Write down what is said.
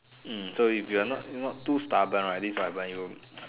hmm so if you're not not too stubborn right this is what will happen